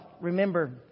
remember